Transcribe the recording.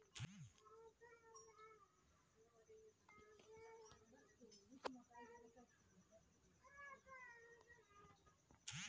वित्तीय बाजार में शीघ्र पलायन करने की प्रवृत्ति गर्म मुद्रा में होती है